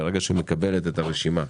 כאשר היא מקבלת את הרשימה,